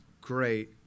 great